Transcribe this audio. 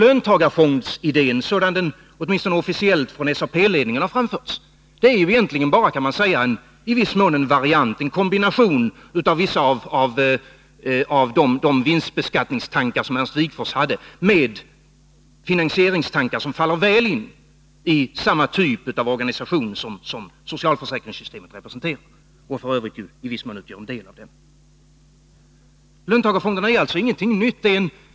Löntagarfondsidén, sådan den åtminstone officiellt har framförts från SAP-ledningen, är egentligen bara en variant, en kombination av vissa av de vinstbeskattningstankar som Ernst Wigforss hade och finansieringstankar som faller väl in i den typ av organisation som socialförsäkringssystemet representerar. Löntagarfonderna är alltså ingenting nytt.